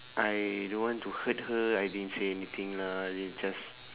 I don't want to hurt her I didn't say anything lah I mean just